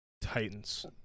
Titans